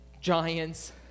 giants